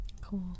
Cool